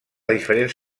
diferents